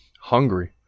hungry